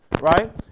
right